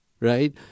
right